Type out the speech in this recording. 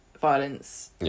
violence